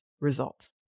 result